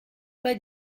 pas